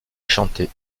chanter